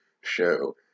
show